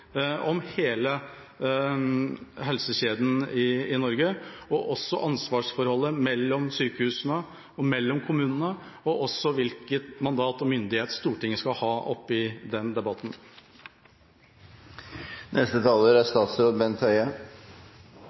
om hele helsekjeden i Norge, om ansvarsforholdet mellom sykehusene og kommunene samt om hvilket mandat og hvilken myndighet Stortinget skal ha i denne debatten. Jeg vil si jeg er